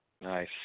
Nice